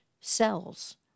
cells